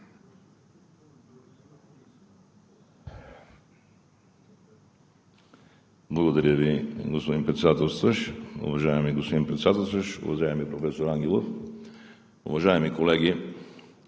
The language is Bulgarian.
Благодаря Ви, господин Председателстващ. Уважаеми господин Председателстващ, уважаеми професор Ангелов, уважаеми колеги!